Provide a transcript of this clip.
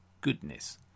goodness